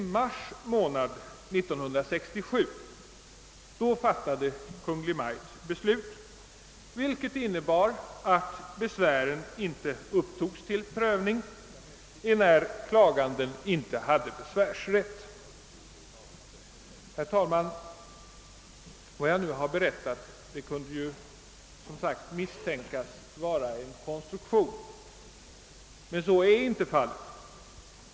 I mars månad 1967 fattade Kungl. Maj:t beslut, vilket innebar att besvären inte upptogs till prövning enär klaganden inte hade besvärsrätt. Herr talman! Vad jag nu berättat kunde misstänkas vara en konstruktion. Men så är inte fallet.